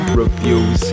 reviews